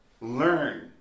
Learn